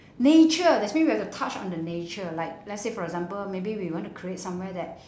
nature that's mean we've to touch on the nature like let's say for example maybe we wanna create somewhere that